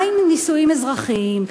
מה עם נישואים אזרחיים?